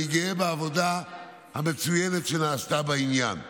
אני גאה בעבודה המצוינת שנעשתה בעניין.